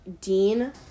Dean